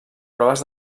proves